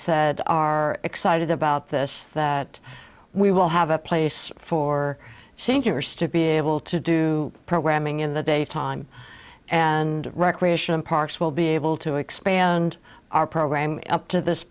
said are excited about this that we will have a place for seniors to be able to do programming in the day time and recreation and parks will be able to expand our program up to this